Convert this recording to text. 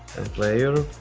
player?